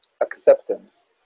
acceptance